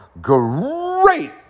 great